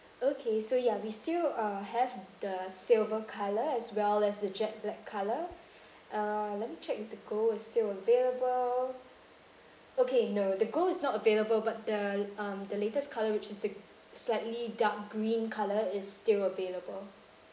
okay so ya we still uh have the silver colour as well as the jet black colour uh let me check if the gold is still available okay no the gold is not available but the um the latest colour which is the slightly dark green colour is still available